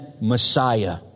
Messiah